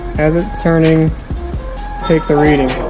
as it's turning take the reading